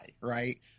right